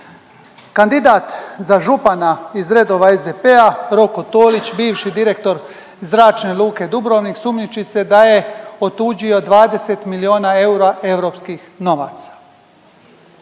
Kandidat za župana iz redova SDP-a Roko Toljić, bivši direktor Zračne luke Dubrovnik sumnjiči se da je otuđio 20 milijuna eura europskih novaca.